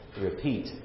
repeat